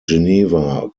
geneva